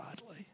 godly